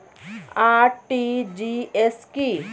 RTGS কি?